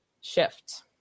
shift